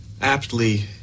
aptly